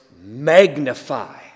magnify